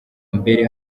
mbere